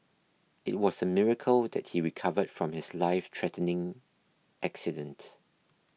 it was a miracle that he recovered from his lifethreatening accident